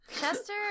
Chester